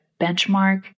benchmark